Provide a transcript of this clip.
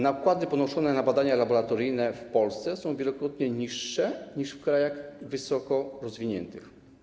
Nakłady ponoszone na badania laboratoryjne w Polsce są wielokrotnie niższe niż w krajach wysokorozwiniętych.